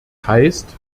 heißt